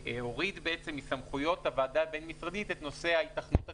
הוריד בעצם מסמכויות הוועדה הבין-משרדית את נושא ההיתכנות התכנונית.